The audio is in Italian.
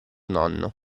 nonno